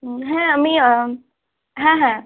হুম হ্যাঁ আমি হ্যাঁ হ্যাঁ